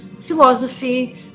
philosophy